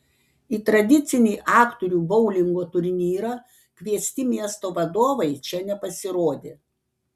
į tradicinį aktorių boulingo turnyrą kviesti miesto vadovai čia nepasirodė